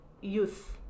youth